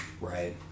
right